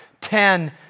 ten